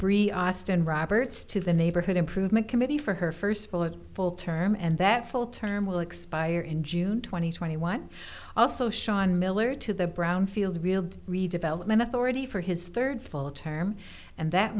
bree austin roberts to the neighborhood improvement committee for her first full of full term and that full term will expire in june two thousand and twenty one also sean miller to the brownfield real redevelopment authority for his third full term and that